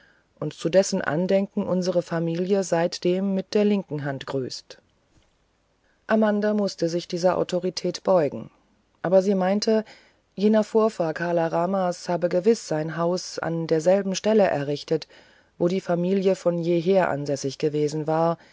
und zu dessen andenken unsere familie seitdem mit der linken hand grüßt amanda mußte sich dieser autorität beugen aber sie meinte jener vorfahr kala ramas habe gewiß sein haus an derselben stelle errichtet wo die familie von jeher ansässig gewesen war